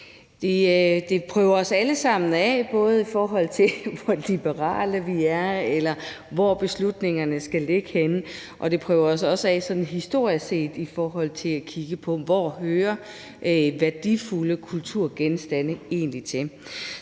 Det prøver os alle sammen af, både i forhold til hvor liberale vi er, og hvor beslutningerne skal ligge henne, og det prøver os også af sådan historisk set i forhold til at kigge på, hvor værdifulde kulturgenstande egentlig